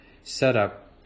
setup